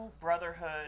brotherhood